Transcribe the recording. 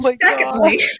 Secondly